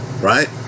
right